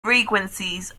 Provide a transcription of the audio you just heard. frequencies